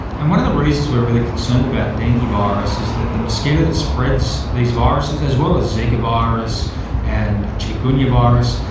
and one of the reasons we are really concerned about dengue virus is that the mosquito that spreads these viruses, as well as zika virus and chikungunya virus,